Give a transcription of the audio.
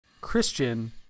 Christian